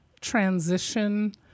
transition